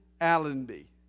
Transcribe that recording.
Allenby